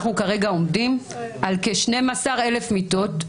אנחנו כרגע עומדים על כ-12,000 מיטות.